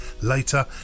later